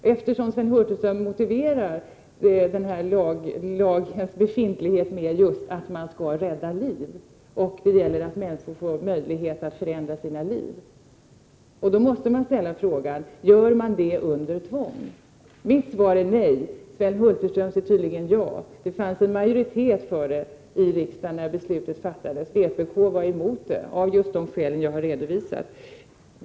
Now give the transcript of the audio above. Man kan ställa den frågan med anledning av att Sven Hulterström motiverar denna lag med att man skall rädda liv och ge människor möjlighet att förändra sin livsföring. Man måste då ställa frågan: Gör de det under tvång? Mitt svar är nej, Sven Hulterströms är tydligen ja. Det fanns en majoritet i riksdagen för detta beslut, men vpk var emot det av de skäl jag här redovisat.